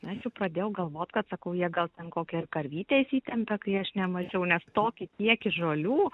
nes jau pradėjau galvot kad sakau jie gal ten kokią ir karvytę įsitempė kai aš nemačiau nes tokį kiekį žolių